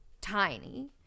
tiny